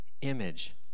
image